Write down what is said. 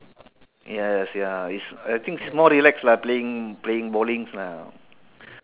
yes ya it's I think it's more relaxed lah playing playing bowlings lah